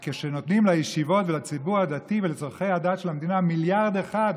רק כשנותנים לישיבות ולציבור הדתי ולצורכי הדת של המדינה מיליארד אחד,